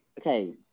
okay